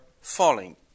falling